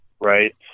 right